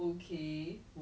ya which was sad